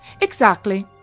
exactly,